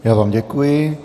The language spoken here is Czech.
Já vám děkuji.